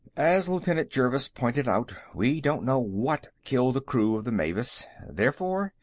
as lieutenant jervis pointed out, we don't know what killed the crew of the mavis therefore,